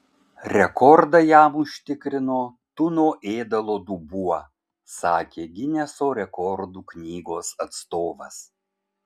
rekordą jam užtikrino tuno ėdalo dubuo sakė gineso rekordų knygos atstovas